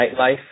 nightlife